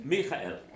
Michael